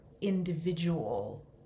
individual